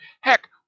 Heck